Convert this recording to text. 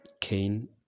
Cain